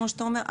כמו שאתה אומר,